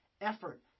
effort